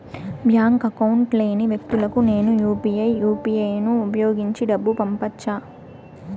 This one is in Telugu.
బ్యాంకు అకౌంట్ లేని వ్యక్తులకు నేను యు పి ఐ యు.పి.ఐ ను ఉపయోగించి డబ్బు పంపొచ్చా?